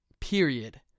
period